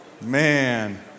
Man